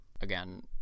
Again